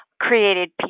created